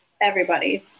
everybody's